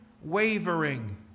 wavering